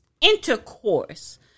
intercourse